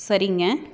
சரிங்க